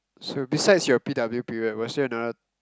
so besides your P_W period was there another